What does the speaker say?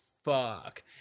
fuck